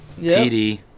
TD